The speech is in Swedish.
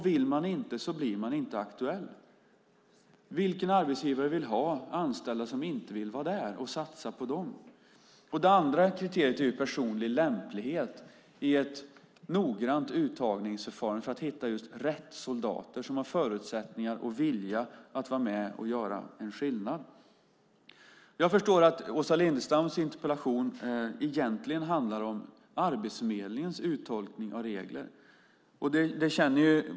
Vill man inte så blir man inte aktuell. Vilken arbetsgivare vill ha anställda och satsa på sådana som inte vill vara där? Det andra kriteriet är personlig lämplighet enligt ett noggrant uttagningsförfarande för att hitta rätt soldater som har förutsättningar och vilja att vara med och göra en skillnad. Jag förstår att Åsa Lindestams interpellation egentligen handlar om Arbetsförmedlingens uttolkning av regler.